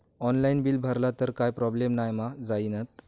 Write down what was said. Online bill भरला तर काय प्रोब्लेम नाय मा जाईनत?